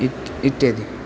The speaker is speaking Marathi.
इत इत्यादी